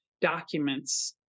documents